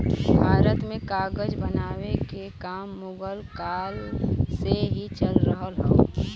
भारत में कागज बनावे के काम मुगल काल से ही चल रहल हौ